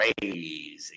crazy